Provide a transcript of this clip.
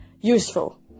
useful